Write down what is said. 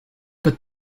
but